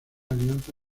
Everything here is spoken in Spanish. alianza